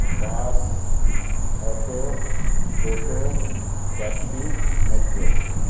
bus auto toto taxi metro